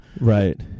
right